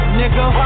nigga